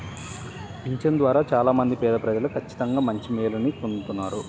పింఛను ద్వారా చాలా మంది పేదప్రజలు ఖచ్చితంగా మంచి మేలుని పొందుతున్నారు